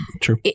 True